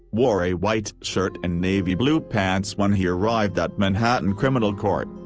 wore a white shirt and navy blue pants when he arrived at manhattan criminal court.